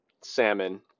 salmon